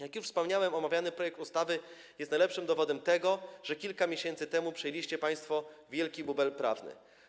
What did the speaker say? Jak już wspomniałem, omawiany projekt ustawy jest najlepszym dowodem na to, że kilka miesięcy temu przyjęliście państwo wielki bubel prawny.